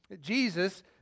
Jesus